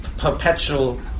perpetual